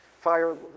fire